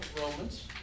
Romans